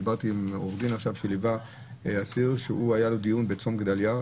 דיברתי עם עורך דין שליווה אסיר שהיה לו דיון בצום גדליה,